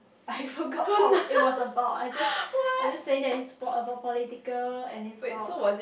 I forgot all it was about I just I just saying that it's about a poli~ political and it's about